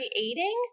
creating